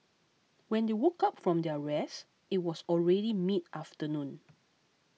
when they woke up from their rest it was already mid afternoon